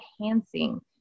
enhancing